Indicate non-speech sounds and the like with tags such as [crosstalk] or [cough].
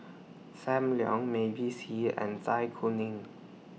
SAM Leong Mavis [unintelligible] and Zai Kuning